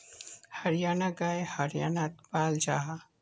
हरयाना गाय हर्यानात पाल जाहा